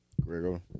Gregor